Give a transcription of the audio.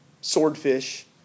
swordfish